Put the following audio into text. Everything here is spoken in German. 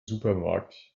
supermarkt